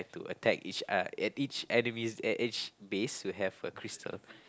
to attack each uh at each enemies at each base to have a crystal